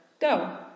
Go